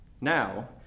Now